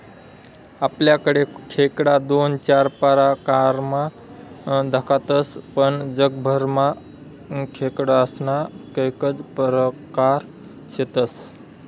आपलाकडे खेकडा दोन चार परकारमा दखातस पण जगभरमा खेकडास्ना कैकज परकार शेतस